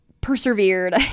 persevered